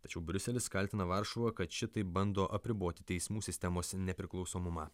tačiau briuselis kaltina varšuvą kad šitaip bando apriboti teismų sistemos nepriklausomumą